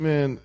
Man